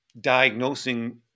diagnosing